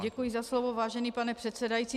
Děkuji za slovo, vážený pane předsedající.